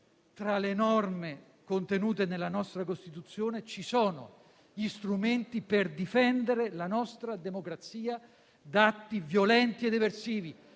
tra le norme contenute nella nostra Costituzione, ci sono gli strumenti per difendere la nostra democrazia da atti violenti ed eversivi,